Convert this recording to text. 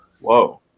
Whoa